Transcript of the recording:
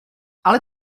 ale